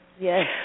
Yes